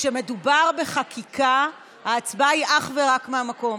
כשמדובר בחקיקה ההצבעה היא אך ורק מהמקום.